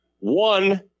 One